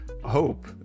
hope